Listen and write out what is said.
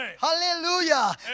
Hallelujah